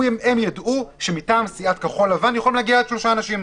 הם ידעו שמטעם סיעת כחול לבן יכולים להגיע עד שלושה אנשים,